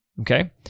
okay